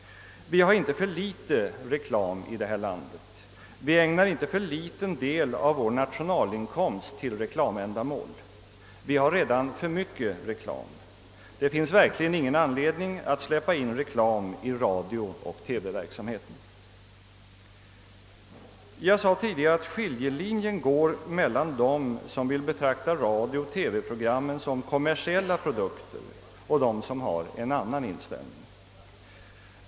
Vi har inte för litet reklam i det här landet, vi ägnar inte för liten del av vår nationalinkomst till reklamändamål. Vi har redan för mycket reklam. Det finns verkligen ingen anledning att släppa in reklam i radiooch TV-verksamheten. Jag sade tidigare att skiljelinjen går mellan dem som vill betrakta radiooch TV-programmen som kommersiella produkter och dem som har en annan inställning.